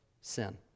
sin